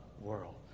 world